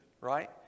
right